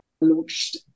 launched